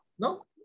No